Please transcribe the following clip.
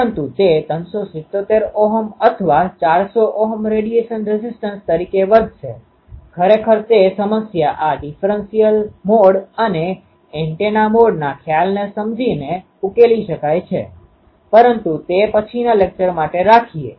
પરંતુ તે 377 ઓહ્મ અથવા 400 ઓહ્મ રેડિયેશન રેઝિસ્ટન્સ તરીકે વર્તશે ખરેખર તે સમસ્યા આ ડિફરન્સલ મોડ અને એન્ટેના મોડના ખ્યાલને સમજીને ઉકેલી શકાય છે પરંતુ તે પછીના લેક્ચર માટે રાખીએ